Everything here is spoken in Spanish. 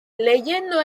leyendo